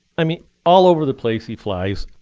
i mean, all over the place he flies.